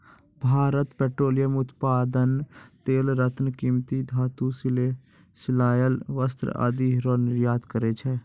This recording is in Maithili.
भारत पेट्रोलियम उत्पाद तेल रत्न कीमती धातु सिले सिलायल वस्त्र आदि रो निर्यात करै छै